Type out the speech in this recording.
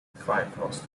firefox